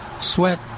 sweat